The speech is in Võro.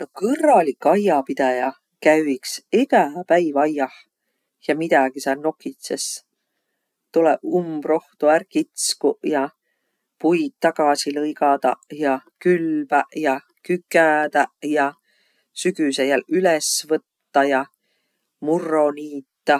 No kõrralik aiapidäja käü iks egä päiv aiah ja midägi sääl nokitsõs. Tulõ umbrohto är kitskuq ja puid tagasi lõigadaq ja külbäq ja kükädäq ja sügüse jälq üles võttaq ja murro niitäq.